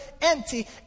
empty